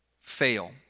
fail